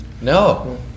no